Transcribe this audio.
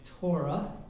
Torah